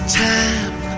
time